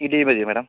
ഈ ടീവി മതിയൊ മേഡം